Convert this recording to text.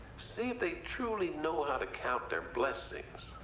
see if they truly know how to count their blessings.